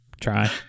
try